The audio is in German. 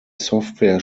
software